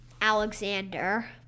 Alexander